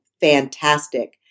fantastic